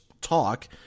talk